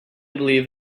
believe